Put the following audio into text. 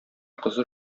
кызы